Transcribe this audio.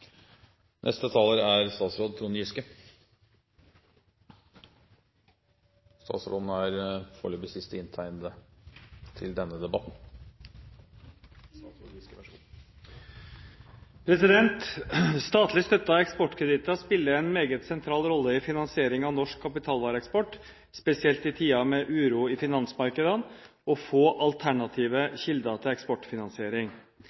spiller en meget sentral rolle i finansieringen av norsk kapitalvareeksport, spesielt i tider med uro i finansmarkedene og få